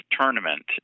tournament